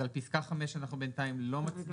אז על פסקה 5 אנחנו בינתיים לא מצביעים.